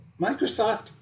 Microsoft